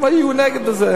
הם היו נגד זה.